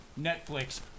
Netflix